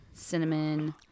Cinnamon